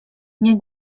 nie